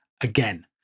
again